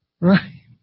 Right